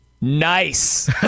nice